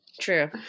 true